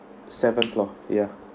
seven floor ya